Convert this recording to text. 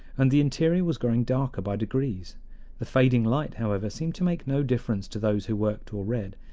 and the interior was growing darker by degrees the fading light however, seemed to make no difference to those who worked or read.